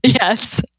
Yes